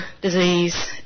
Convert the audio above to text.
disease